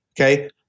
Okay